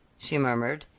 she murmured.